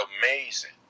amazing